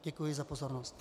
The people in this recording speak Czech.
Děkuji za pozornost.